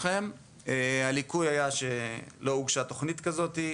הליקוי היה שלא הוגשה תוכנית כזאת,